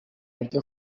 ryo